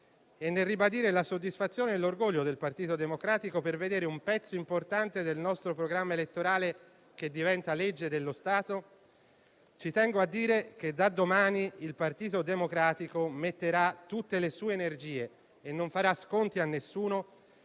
e nel ribadire la soddisfazione e l'orgoglio del Partito Democratico per vedere un pezzo importante del nostro programma elettorale diventare legge dello Stato, tengo a dire che da domani il Partito Democratico metterà tutte le sue energie e non farà sconti a nessuno